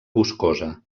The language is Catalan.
boscosa